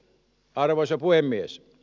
arvoisa puhemies